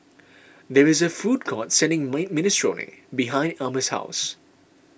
there is a food court selling mine Minestrone behind Almus' house